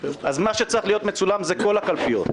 אז מה שצריך להיות מצולם זה כל הקלפיות,